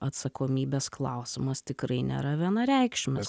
atsakomybės klausimas tikrai nėra vienareikšmis